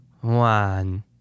one